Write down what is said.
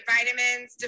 Vitamins